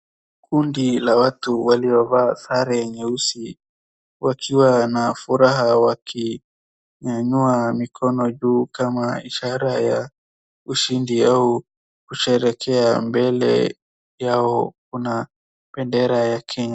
Kundi la watu waliovaa sare nyeusi wakiwa na furaha wakinyanyua mikono juu kama ishara ya ushindi au kusherekea. Mbele yao kuna bendera ya Kenya.